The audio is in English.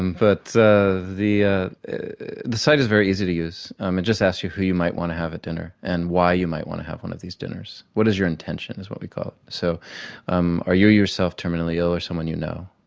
and but the the ah site is very easy to use, um it just asks you who you might want to have at dinner and why you might want to have one of these dinners, what is your intention is what we call it. so um are you yourself terminally ill or someone you know,